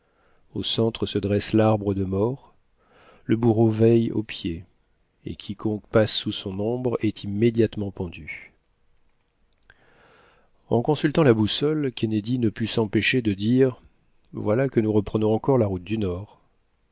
au centre se dresse larbre de mort le bourreau veille au pied et quiconque passe sous son ombre est immédiatement pendu en consultant la boussole kennedy ne put s'empêcher de dire voilà que nous reprenons encore la route du nord